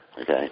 okay